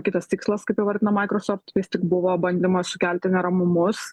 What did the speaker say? kitas tikslas kaip įvardina microsoft vis tik buvo bandymas sukelti neramumus